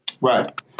Right